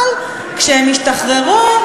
אבל כשהם השתחררו,